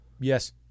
Yes